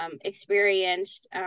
experienced